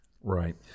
Right